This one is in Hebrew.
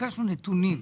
ביקשנו נתונים,